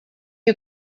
you